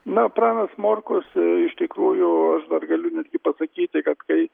na pranas morkus iš tikrųjų dar galiu netgi pasakyti kad kai